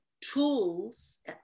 tools